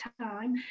time